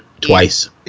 twice